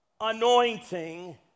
anointing